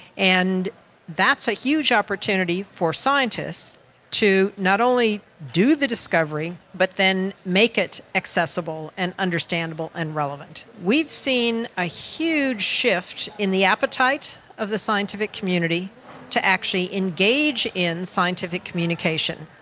and that's a huge opportunity for scientists scientists to not only do the discovery but then make it accessible and understandable and relevant. we've seen a huge shift in the appetite of the scientific community to actually engage in scientific communication.